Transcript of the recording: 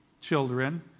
children